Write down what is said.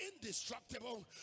indestructible